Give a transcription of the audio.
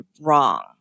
wrong